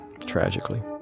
tragically